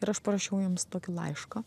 ir aš parašiau jiems tokį laišką